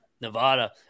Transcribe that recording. Nevada